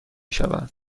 شود